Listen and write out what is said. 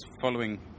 following